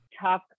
talk